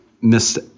missed